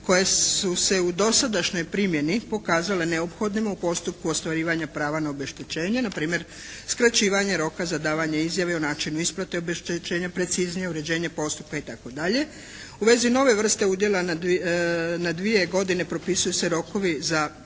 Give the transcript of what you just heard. koje su se u dosadašnjoj primjeni pokazale neophodnima u postupku ostvarivanja prava na obeštećenje npr. skraćivanje roka za davanje izjave o načinu isplate obeštećenja preciznije uređenje postupka i tako dalje. U vezi nove vrste udjela na dvije godine propisuju se rokove za prvu